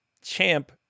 Champ